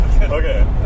Okay